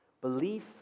Belief